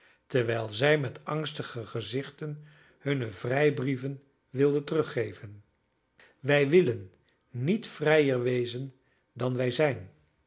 terwijl zij met angstige gezichten hunne vrijbrieven wilden teruggeven wij willen niet vrijer wezen dan wij zijn